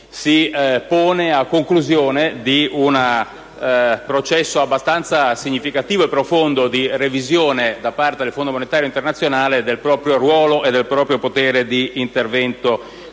si pone a conclusione di un processo abbastanza significativo e profondo di revisione da parte del Fondo monetario internazionale del proprio ruolo e del proprio potere di intervento